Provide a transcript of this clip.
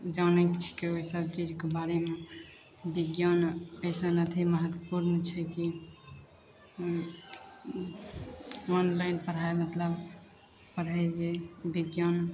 जानैक छिकै ओहिसब चीजके बारेमे बिज्ञान अइसन अथी महत्वपूर्ण छै कि ऑनलाइन पढ़ाइ मतलब पढ़य हियै बिज्ञान